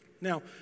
Now